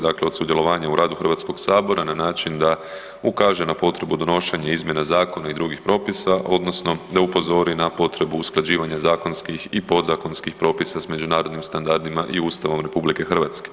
Dakle, od sudjelovanja u radu Hrvatskog sabora na način da ukaže na potrebu donošenja izmjena zakona i drugih propisa odnosno da upozori na potrebu usklađivanja zakonskih i podzakonskih propisa s međunarodnim standardima i Ustavom RH.